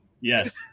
Yes